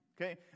Okay